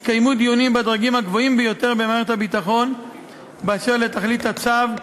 התקיימו דיונים בדרגים הגבוהים ביותר במערכת הביטחון באשר לתכלית הצו,